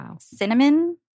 cinnamon